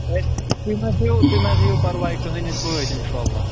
تُہۍ تُہۍ ما ہٮ۪یُو تُہۍ ما حظ ہٮ۪یُو پرواے کٕہٕنۍ أسۍ وٲتۍ اِنشاءللہ